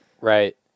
Right